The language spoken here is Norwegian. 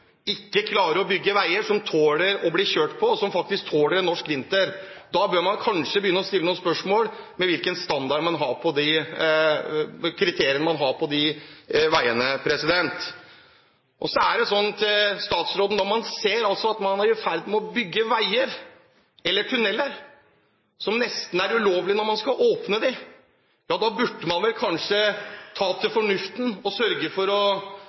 ikke klarer å bygge veier som tåler å bli kjørt på, som faktisk tåler en norsk vinter. Da bør man kanskje begynne å stille noen spørsmål ved hvilke kriterier man har lagt til grunn for de veiene. Til statsråden: Når man ser at man er i ferd med å bygge veier eller tunneler som nesten er ulovlige når de åpnes, ja, da burde man vel kanskje ta til fornuften og sørge for å